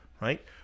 right